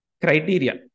criteria